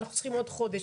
אנחנו צריכים עוד חודש,